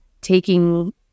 taking